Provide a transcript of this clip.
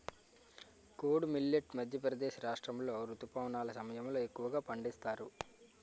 kodo millet Madhya Pradesh రాష్ట్రాములో రుతుపవనాల సమయంలో ఎక్కువగా పండిస్తారు